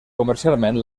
comercialment